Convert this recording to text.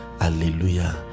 Hallelujah